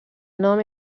nom